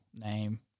name